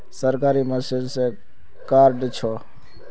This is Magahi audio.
सरकारी मशीन से कार्ड छै?